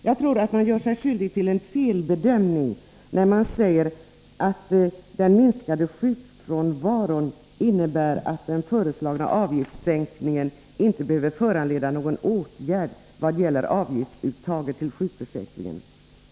Jag tror att man gör sig skyldig till en felbedömning när man säger att den minskade sjukfrånvaron innebär att den föreslagna avgiftssänkningen inte behöver föranleda någon åtgärd vad gäller avgiftsuttaget till sjukförsäkringen.